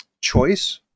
choice